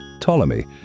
Ptolemy